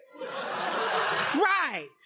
right